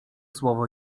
słowo